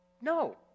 No